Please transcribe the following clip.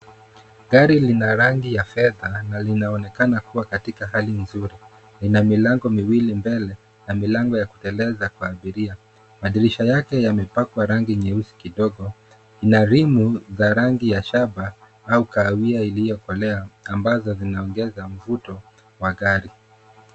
Gari lina rangi ya fedha na linaonekana kuwa katika hali nzuri, lina milango miwili mbele na milango ya kuteleza kwa abiria. Madirisha yake yamepakwa rangi nyeusi kidogo. Ina ream za rangi ya chapa au kahawia iliyokolea ambazo zinaongeza mvuto wa gari.